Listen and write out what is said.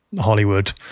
Hollywood